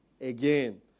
again